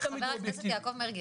ח"כ יעקב מרגי,